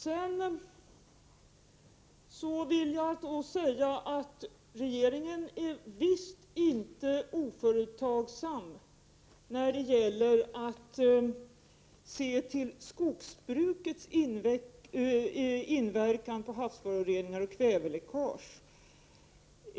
Sedan vill jag säga att regeringen är visst inte oföretagsam när det gäller att se till skogsbrukets inverkan på havsföroreningar och kväveläckage.